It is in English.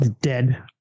Dead